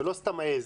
ולא סתם עז,